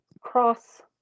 cross